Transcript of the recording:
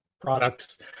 products